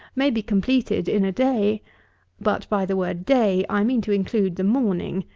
may be completed in a day but, by the word day, i mean to include the morning,